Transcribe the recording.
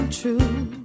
true